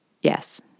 yes